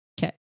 Okay